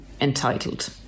entitled